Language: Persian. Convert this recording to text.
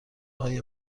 های